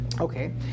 Okay